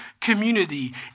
community